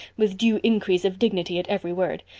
with due increase of dignity at every word.